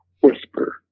whisper